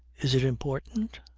is it important?